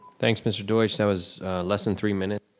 thanks mr. deutsch, that was less than three minutes.